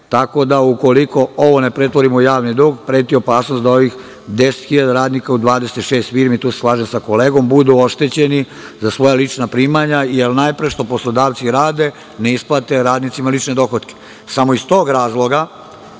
tako da ukoliko ovo ne pretvorimo u javni dug, preti opasnost da ovih 10 hiljada radnika u 26 firmi, i tu se slažem sa kolegom, budu oštećeni za svoja lična primanja. Jer, najpre što poslodavci rade jeste da ne isplaćuju radnicima lične dohotke.